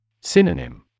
Synonym